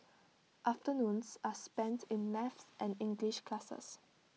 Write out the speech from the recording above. afternoons are spent in maths and English classes